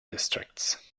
districts